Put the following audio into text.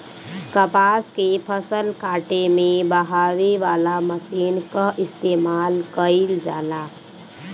कपास के फसल काटे में बहावे वाला मशीन कअ इस्तेमाल कइल जाला